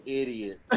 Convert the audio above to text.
idiot